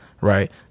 Right